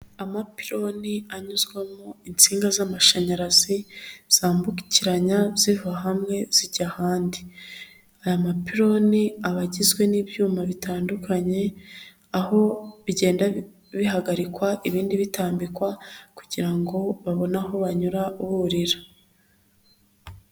Amapironi anyuzwamo insinga z'amashanyarazi, zambukiranya ziva hamwe zijya ahandi. Aya mapironi, aba agizwe n'ibyuma bitandukanye, aho bigenda bihagarikwa, ibindi bitambikwa, kugira ngo babone aho banyurahurira.